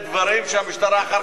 אתם מקימים כל מיני דברים שהמשטרה אחר